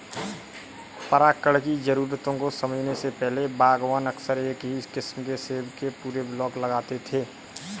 परागण की जरूरतों को समझने से पहले, बागवान अक्सर एक ही किस्म के सेब के पूरे ब्लॉक लगाते थे